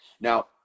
Now